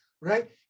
right